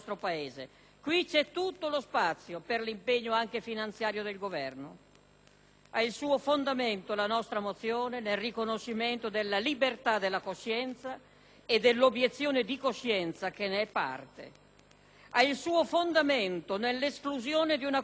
Ha il suo fondamento la nostra mozione nel riconoscimento della libertà della coscienza e dell'obiezione di coscienza, che ne è parte. Ha il suo fondamento nell'esclusione di una qualunque forma di eutanasia, di accanimento terapeutico, di abbandono terapeutico.